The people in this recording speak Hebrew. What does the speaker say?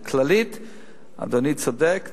כללית אדוני צודק,